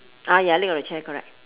ah ya leg of the chair correct